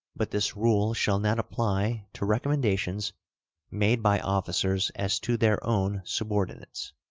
but this rule shall not apply to recommendations made by officers as to their own subordinates.